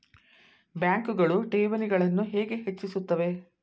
ಬ್ಯಾಂಕುಗಳು ಠೇವಣಿಗಳನ್ನು ಹೇಗೆ ಹೆಚ್ಚಿಸುತ್ತವೆ?